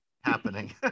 happening